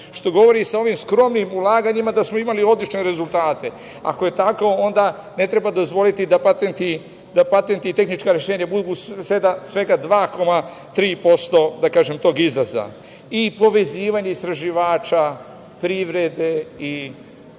što govori, sa ovim skromnim ulaganjima da smo imali odlične rezultate. Ako je tako, onda ne treba dozvoliti da patentni i tehnička rešenja budu svega 2,3% tog izvoza. Povezivanje istraživača, privrede i